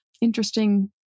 interesting